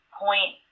point